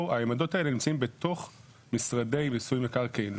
ובכך שהעמדות האלה נמצאות במשרדי מיסוי מקרקעין.